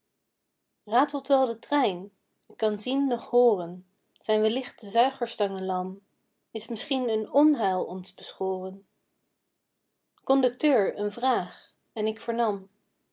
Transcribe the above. ratelt wel de trein k kan zien noch hooren zijn wellicht de zuigerstangen lam is misschien een onheil ons beschoren konducteur een vraag en ik vernam